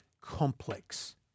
complex